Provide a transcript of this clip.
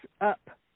up